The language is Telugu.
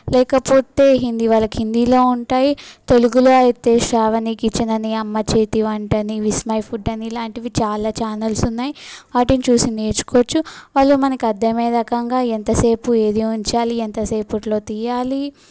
లేకపోతే హిందీ వాళ్ళకి హిందీలో ఉంటాయి తెలుగులో అయితే శ్రావణి కిచెన్ అని అమ్మ చేతి వంట అని విష్ మై ఫుడ్ అని ఇలాంటివి చాలా చానల్స్ ఉన్నాయి వాటిని చూసి నేర్చుకోవచ్చు వాళ్ళు మనకి అర్ధమయ్యే రకంగా ఎంతసేపు ఏది ఉంచాలి ఎంతసేపట్లో తియ్యాలి